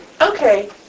Okay